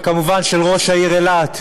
וכמובן של ראש העיר אילת,